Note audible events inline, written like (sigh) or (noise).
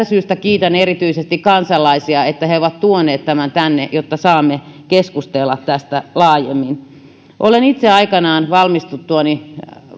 (unintelligible) syystä kiitän erityisesti kansalaisia että he ovat tuoneet tämän tänne jotta saamme keskustella tästä laajemmin olen itse aikoinaan valmistuttuani